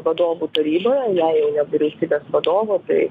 vadovų taryboje jei jau ne vyriausybės vadovo tai